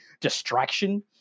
distraction